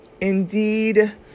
Indeed